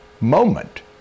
moment